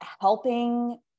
helping